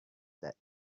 that